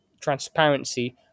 transparency